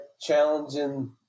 challenging